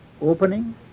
opening